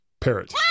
Parrot